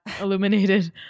illuminated